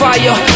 Fire